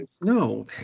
No